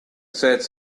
said